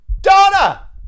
Donna